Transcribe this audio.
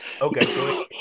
Okay